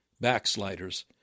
Backsliders